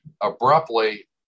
Abruptly